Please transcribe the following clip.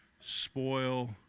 spoil